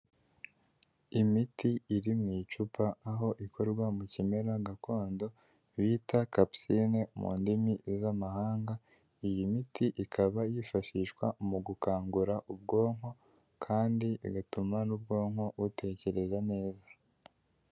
Imiti iri mu icupa aho ikorwa mu kimera gakondo bita kapusini mu ndimi z'amahanga, iyi miti ikaba yifashishwa mu gukangura ubwonko kandi igatuma n'ubwonko butekereza neza.